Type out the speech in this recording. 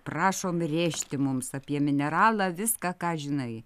prašom rėžti mums apie mineralą viską ką žinai